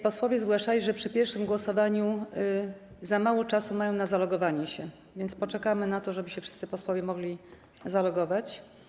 Posłowie zgłaszali, że przy pierwszym głosowaniu mają za mało czasu na zalogowanie się, więc poczekamy na to, żeby wszyscy posłowie mogli się zalogować.